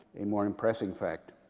a more impressing fact.